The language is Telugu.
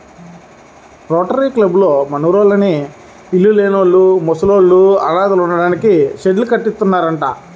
రోటరీ కబ్బోళ్ళు మనూర్లోని ఇళ్ళు లేనోళ్ళు, ముసలోళ్ళు, అనాథలుంటానికి షెడ్డు కట్టిత్తన్నారంట